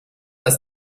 dass